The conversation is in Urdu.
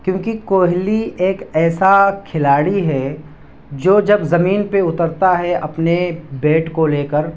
کیوںکہ کوہلی ایک ایسا کھلاڑی ہے جو جب زمین پہ اترتا ہے اپنے بیڈ کو لے کر